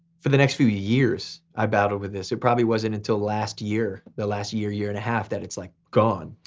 for the next few years, i battled with this. it probably wasn't until last year, the last year, year and a half, then it's like gone.